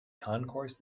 concourse